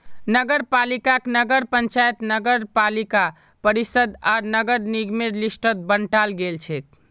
नगरपालिकाक नगर पंचायत नगरपालिका परिषद आर नगर निगमेर लिस्टत बंटाल गेलछेक